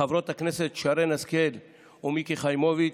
חברות הכנסת שרן השכל ומיקי חיימוביץ'.